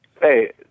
Hey